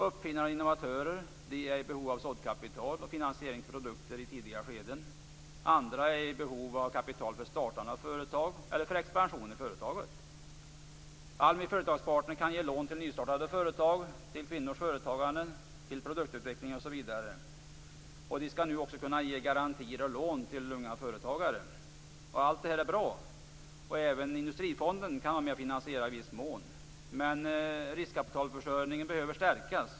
Uppfinnare och innovatörer är i behov av såddkapital och finansiering av produkter i tidiga skeden. Andra är i behov av kapital för startande av företag eller för expansion i företaget. ALMI Företagspartner kan ge lån till nystartade företag, till kvinnors företagande, till produktutveckling, osv. De skall nu också kunna ge garantier och lån till unga företagare. Allt det här är bra. Även Industrifonden kan i viss mån vara med och finansiera. Men riskkapitalförsörjningen behöver ändå stärkas.